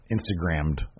Instagrammed